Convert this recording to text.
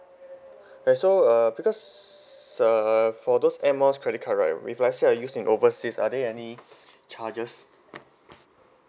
okay so uh because uh for those Air Miles credit card right if let's say I use in overseas are there any charges